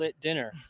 dinner